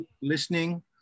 listening